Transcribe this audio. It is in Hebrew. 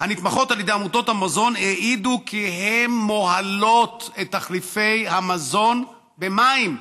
הנתמכות על ידי עמותות המזון העידו כי הן מוהלות את תחליפי המזון במים.